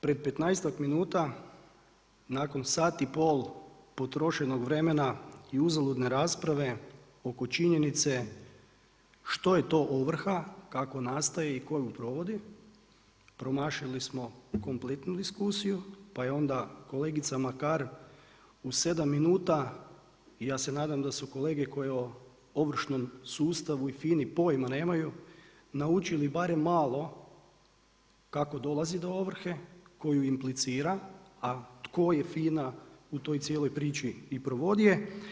Pred 15-tak minuta, nakon sati i pol potrošenog vremena i uzaludne rasprave oko činjenice što je to ovrha, kako nastaje i tko ju provodi, promašili smo kompletnu diskusiju, pa je onda, kolegicama … u 7 minuta, ja se nadam da su kolege koji o ovršnom sustavu i FINA-i pojma nemaju, naučili barem malo kako dolazi do ovrhu, tko ju implicira, a tko je FINA u toj cijeloj priči i provodi je.